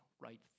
right